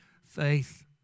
faith